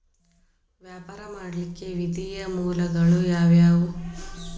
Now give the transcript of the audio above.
ವ್ಯಾಪಾರ ಮಾಡ್ಲಿಕ್ಕೆ ನಿಧಿಯ ಮೂಲಗಳು ಯಾವ್ಯಾವು?